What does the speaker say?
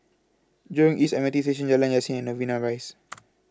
Jurong East M R T Station Jalan Yasin and Novena Rise